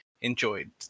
enjoyed